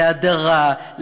להדרה,